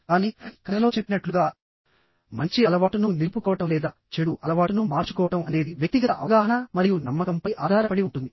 కానీ కథలో చెప్పినట్లుగా మంచి అలవాటును నిలుపుకోవడం లేదా చెడు అలవాటును మార్చుకోవడం అనేది వ్యక్తిగత అవగాహన మరియు నమ్మకంపై ఆధారపడి ఉంటుంది